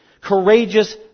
Courageous